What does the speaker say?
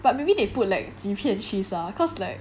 but maybe they put like 几片 cheese lah cause like